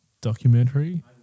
documentary